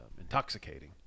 intoxicating